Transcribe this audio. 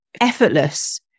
effortless